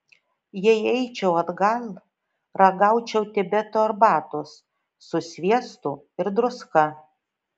jei eičiau atgal ragaučiau tibeto arbatos su sviestu ir druska